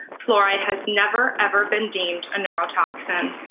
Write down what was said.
fluoride has never ever been deemed a neurotoxin.